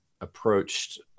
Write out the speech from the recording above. approached